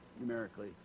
numerically